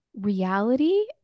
reality